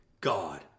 God